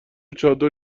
چادر